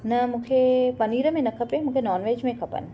न मूंखे पनीर में न खपे मूंखे नॉनवेज में खपनि